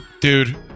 dude